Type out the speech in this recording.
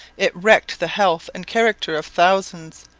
it wrecked the health and character of thousands.